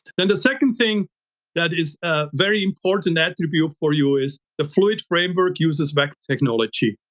then the second thing that is ah very important attribute for you is, the fluid framework uses back technology.